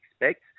expect